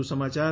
વધુ સમાયાર